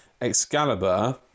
Excalibur